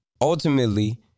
Ultimately